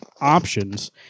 options